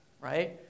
Right